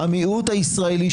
המיעוט הישראלי,